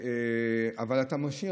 אבל אתה משאיר,